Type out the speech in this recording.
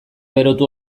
berotu